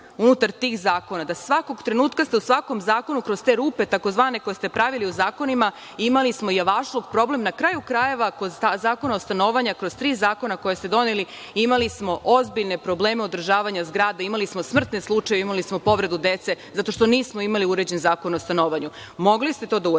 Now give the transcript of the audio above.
unutar tih zakona da svakog trenutka ste u svakom zakonu kroz te rupe tzv. koje ste pravili u zakonima imali smo javašluk, problem. Na kraju krajeva kod Zakona o stanovanju kroz tri zakona koje ste doneli imali smo ozbiljne probleme održavanja zgrade, imali smo smrtne slučajeve, imali smo povredu dece, zato što nismo imali uređen Zakon o stanovanju. Mogli ste to da uradite.